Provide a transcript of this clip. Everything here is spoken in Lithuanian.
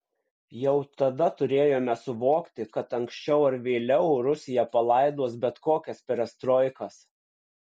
jau tada turėjome suvokti kad anksčiau ar vėliau rusija palaidos bet kokias perestroikas